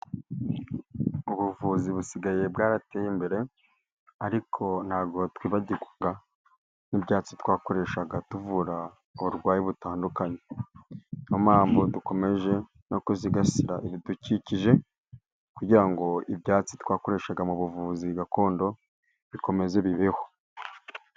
Ubuvuzi busigaye bwarateye imbere ariko ntabwo twibagirwa n'ibyatsi twakoreshaga tuvura uburwayi butandukanye, ni yo mpamvu dukomeje no kuzigasira ibidukikije kugira ngo ibyatsi twakoreshaga mu buvuzi gakondo bikomeze bibeho.